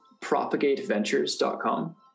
PropagateVentures.com